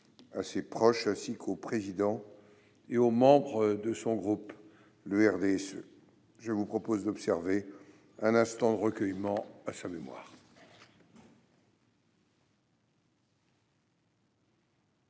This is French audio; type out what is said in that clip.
à ses proches, ainsi qu'au président et aux membres de son groupe, le RDSE. Je vous propose d'observer un instant de recueillement en sa mémoire.